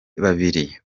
babiri